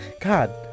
god